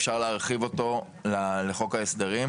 אפשר להרחיב אותו לחוק ההסדרים.